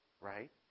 right